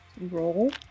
roll